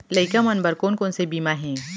लइका मन बर कोन कोन से बीमा हे?